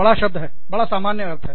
बड़ा शब्द है बड़ा सामान्य अर्थ है